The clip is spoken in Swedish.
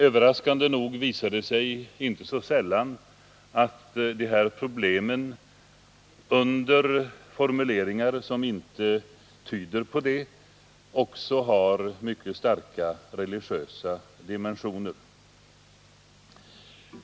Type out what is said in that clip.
Överraskande nog visar det sig inte så sällan att dessa problem, under formuleringar som inte tyder på det, också har mycket starka religiösa dimensioner.